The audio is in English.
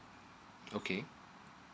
okay